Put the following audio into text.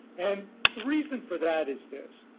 and the reason for that is this.